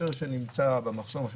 השוטר שנמצא במחסום,